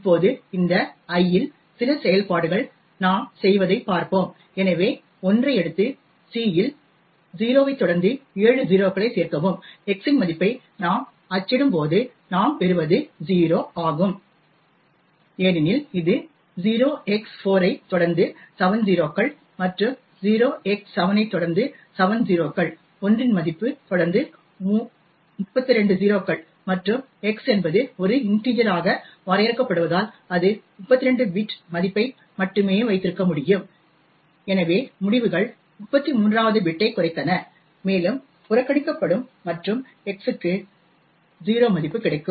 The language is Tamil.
இப்போது இந்த i இல் சில செயல்பாடுகள் நாம் செய்வதைப் பார்ப்போம் எனவே l ஐ எடுத்து c இல் 0 ஐத் தொடர்ந்து 7 0களை சேர்க்கவும் x இன் மதிப்பை நாம் அச்சிடும்போது நாம் பெறுவது 0 ஆகும் ஏனெனில் இது 0x4 ஐத் தொடர்ந்து 7 0 கள் மற்றும் 0x7 ஐத் தொடர்ந்து 7 0 கள் 1 இன் மதிப்பு தொடர்ந்து 32 0 கள் மற்றும் x என்பது ஒரு இன்டிஜர் ஆக வரையறுக்கப்படுவதால் அது 32 பிட் மதிப்பை மட்டுமே வைத்திருக்க முடியும் எனவே முடிவுகள் 33 வது பிட்டைக் குறைத்தன மேலும் புறக்கணிக்கப்படும் மற்றும் x க்கு 0 மதிப்பு கிடைக்கும்